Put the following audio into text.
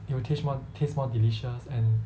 it will taste taste more delicious and